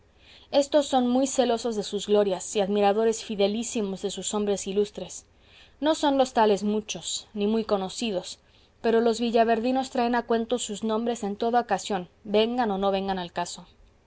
estos son muy celosos de sus glorias y admiradores fidelísimos de sus hombres ilustres no son los tales muchos ni muy conocidos pero los villaverdinos traen a cuento sus nombres en toda ocasión vengan o no vengan al caso